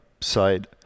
side